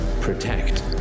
protect